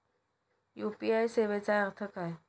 UPI सेवेचा अर्थ काय?